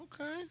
okay